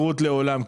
לעולם.